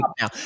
now